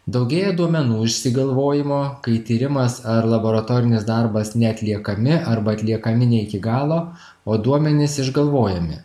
daugėja duomenų išsigalvojimo kai tyrimas ar laboratorinis darbas neatliekami arba atliekami ne iki galo o duomenys išgalvojami